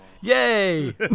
yay